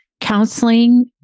counseling